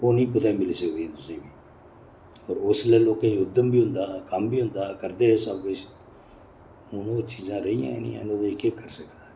ओह् नी कुतै मिली सकदियां तुसेंगी होर उसलै लोकें गी उद्दम बी बी होंदा हा कम्म बी होंदा हा करदे हे सब किश हून ओह् चीजां रेहियां गै नी ऐ लोकें च केह् करी सकदा